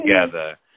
together